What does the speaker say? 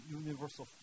universal